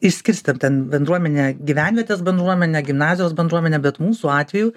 išskirstėm ten bendruomenę gyvenvietės bendruomenę gimnazijos bendruomenę bet mūsų atveju